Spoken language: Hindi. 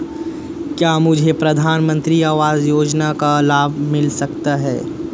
क्या मुझे प्रधानमंत्री आवास योजना का लाभ मिल सकता है?